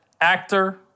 actor